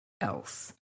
else